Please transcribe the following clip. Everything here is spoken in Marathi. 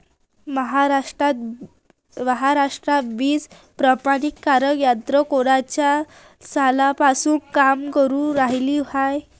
महाराष्ट्रात बीज प्रमानीकरण यंत्रना कोनच्या सालापासून काम करुन रायली हाये?